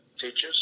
teachers